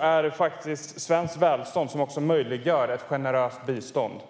är det de facto svenskt välstånd som möjliggör ett generöst bistånd.